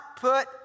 put